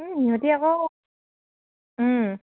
সিহঁতি আকৌ